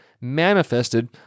manifested